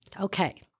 Okay